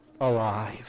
alive